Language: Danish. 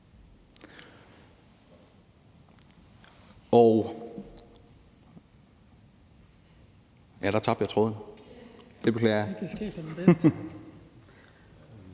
og ... Der tabte jeg tråden. Det beklager jeg.